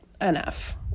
enough